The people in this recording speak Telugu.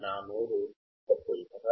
నా నోరు ఒక ఫిల్టరా